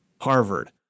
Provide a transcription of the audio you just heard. Harvard